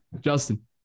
Justin